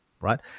right